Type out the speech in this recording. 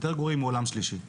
יותר גרועים מעולם שלישי.